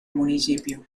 municipio